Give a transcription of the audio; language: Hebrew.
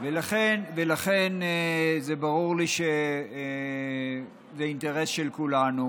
ולכן ברור לי שזה אינטרס של כולנו.